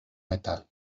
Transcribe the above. metal